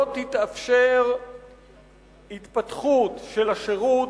לא תתאפשר התפתחות של השירות,